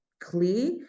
clear